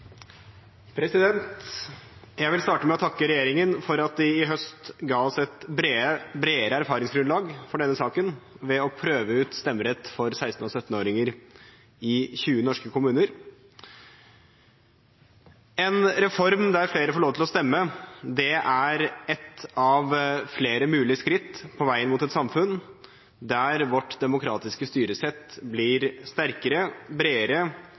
Jeg vil starte med å takke regjeringen for at de i høst ga oss et bredere erfaringsgrunnlag for denne saken ved å prøve ut stemmerett for 16-åringer og 17-åringer i 20 norske kommuner. En reform der flere får lov til å stemme, er ett av flere mulige skritt på veien mot et samfunn der vårt demokratiske styresett blir sterkere, bredere